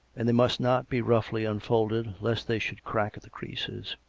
and they must not be roughly unfolded lest they should crack at the creases.